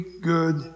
good